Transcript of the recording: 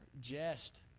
jest